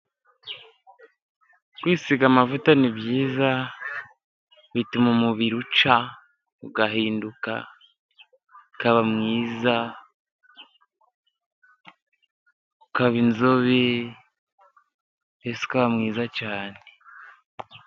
Kwisiga amavuta ni byiza, bituma umubiri ucya, ugahinduka, ukaba mwiza, ukaba inzobe, mbese ukaba mwiza cyane.